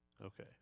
Okay